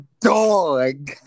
dog